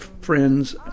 friends